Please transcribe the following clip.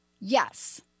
Yes